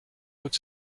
ought